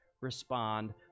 respond